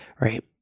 right